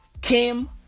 Kim